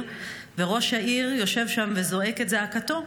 וראש העיר יושב שם וזועק את זעקתו.